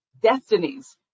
destinies